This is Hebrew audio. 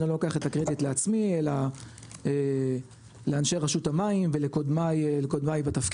אני לא לוקח את הקרדיט לעצמי אלה לאנשי רשות המים ולקודמי בתפקיד,